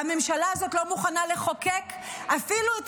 והממשלה הזאת לא מוכנה לחוקק אפילו את